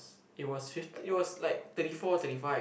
it was fifth it was like thirty four thirty five